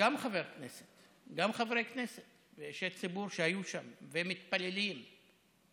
חבר הכנסת יאיר גולן, בבקשה.